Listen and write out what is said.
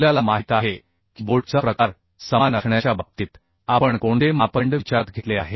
आपल्याला माहित आहे की बोल्टचा प्रकार समान असण्याच्या बाबतीत आपण कोणते मापदंड विचारात घेतले आहेत